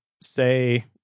say